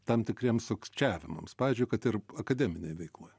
tam tikriems sukčiavimams pavyzdžiui kad ir akademinėj veikloj